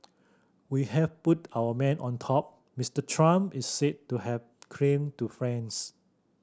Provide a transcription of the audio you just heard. we have put our man on top Mister Trump is said to have claimed to friends